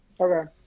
Okay